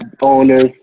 owners